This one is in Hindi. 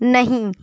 नहीं